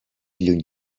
lluny